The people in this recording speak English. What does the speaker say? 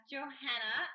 Johanna